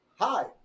Hi